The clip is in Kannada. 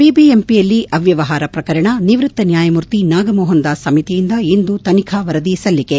ಬಿಬಿಎಂಪಿಯಲ್ಲಿ ಅವ್ಯವಹಾರ ಪ್ರಕರಣ ನಿವೃತ್ತ ನ್ಯಾಯಮೂರ್ತಿ ನಾಗಮೋಹನ್ ದಾಸ್ ಸಮಿತಿಯಿಂದ ಇಂದು ತನಿಖಾ ವರದಿ ಸಲ್ಲಿಕೆ